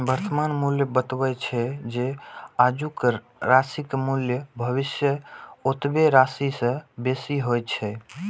वर्तमान मूल्य बतबै छै, जे आजुक राशिक मूल्य भविष्यक ओतबे राशि सं बेसी होइ छै